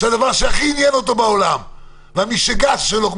שהדבר שהכי עניין אותו בעולם, השיגעון שלו הוא